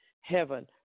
heaven